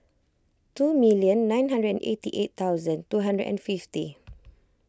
two million nine hundred and eighty eight thousand two hundred and fifty